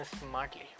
smartly